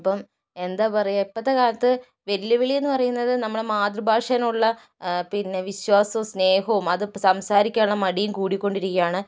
അപ്പം എന്താ പറയുക ഇപ്പോഴത്തെ കാലത്ത് വെല്ലുവിളി എന്ന് പറയുന്നത് നമ്മുടെ മാതൃഭാഷേനോടുള്ള പിന്നെ വിശ്വാസവും സ്നേഹവും അത് സംസാരിക്കാനുള്ള മടിയും കൂടിക്കൊണ്ടിരിക്കുകയാണ്